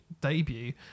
debut